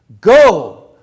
Go